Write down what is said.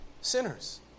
sinners